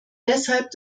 deshalb